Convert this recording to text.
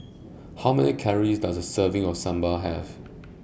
How Many Calories Does A Serving of Sambal Have